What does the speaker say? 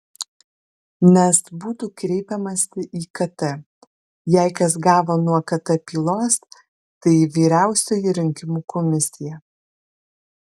nes būtų kreipiamasi į kt jei kas gavo nuo kt pylos tai vyriausioji rinkimų komisija